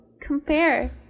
compare